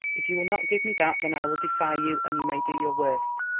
if you will not give me that, then i will defy you, and you may do your worst.